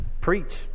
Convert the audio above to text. preach